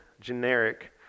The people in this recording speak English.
generic